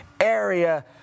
area